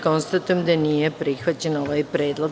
Konstatujem da nije prihvaćen ovaj predlog.